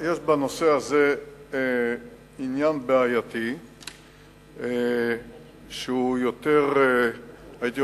יש בנושא הזה עניין בעייתי שהייתי אומר שהוא יותר ערכי